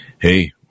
Hey